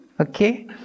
okay